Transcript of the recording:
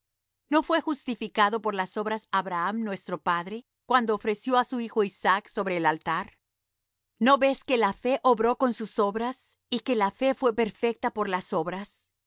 no fué justificado por las obras abraham nuestro padre cuando ofreció á su hijo isaac sobre el altar no ves que la fe obró con sus obras y que la fe fué perfecta por las obras